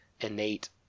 innate